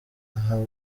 aha